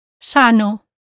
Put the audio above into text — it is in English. sano